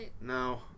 No